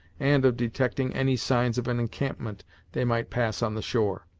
and of detecting any signs of an encampment they might pass on the shore.